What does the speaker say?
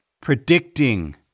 predicting